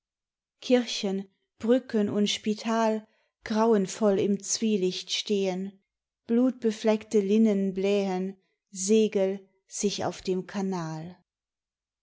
kirchen brücken und spital grauenvoll im zwielicht stehen blutbefleckte linnen blähen segel sich auf dem kanal